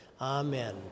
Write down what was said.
Amen